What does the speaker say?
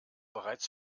bereits